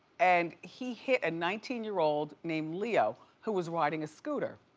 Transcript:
and he hit a nineteen year old named leo who was riding a scooter.